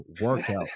workout